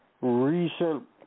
recent